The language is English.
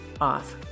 off